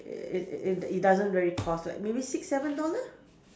it it it doesn't really cost like maybe six seven dollar